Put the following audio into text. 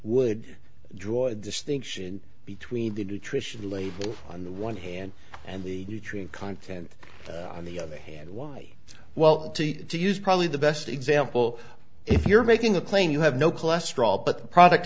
would draw a distinction between the nutrition labels on the one hand and the nutrient content on the other hand why well to do use probably the best example if you're making a claim you have no cholesterol but the product